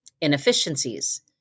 inefficiencies